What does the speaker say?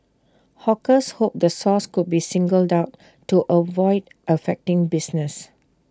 hawkers hoped the source could be singled out to avoid affecting business